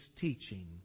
teaching